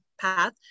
path